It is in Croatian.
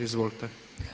Izvolite.